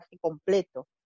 completo